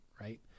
right